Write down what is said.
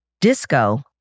Disco